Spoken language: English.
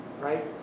right